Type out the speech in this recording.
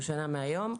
שנה מהיום.